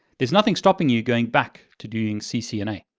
there's nothing stopping you going back to doing ccna.